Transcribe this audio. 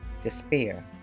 despair